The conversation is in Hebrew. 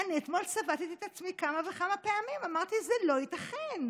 אני אתמול צבטתי את עצמי כמה וכמה פעמים ואמרתי: זה לא ייתכן.